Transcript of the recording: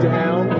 Down